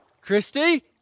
Christy